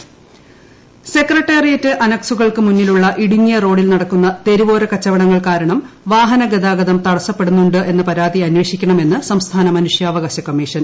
മനുഷ്യാവകാശ commission secretariat അനക്സുകൾക്ക് മുന്നിലുള്ള ഇടുങ്ങിയ റോഡിൽ നടക്കുന്ന തെരുവോര കച്ചവടങ്ങൾ കാരണം വാഹനഗതാഗതം തടസ്സപ്പെടുന്നുണ്ടെന്നപരാതി അന്വേഷിക്കണമെന്ന് സംസ്ഥാന മനുഷ്യാവകാശ കമ്മീഷൻ